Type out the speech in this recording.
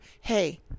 hey